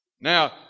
Now